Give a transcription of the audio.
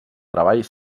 treball